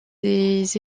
des